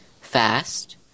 fast